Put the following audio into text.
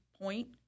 point